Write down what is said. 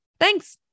Thanks